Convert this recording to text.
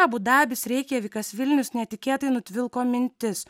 abu dabis reikjavikas vilnius netikėtai nutvilko mintis